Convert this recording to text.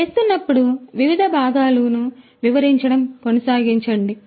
నేను మీకు చెప్తున్నప్పుడు వివిధ భాగాలను వివరించడం కొనసాగించండి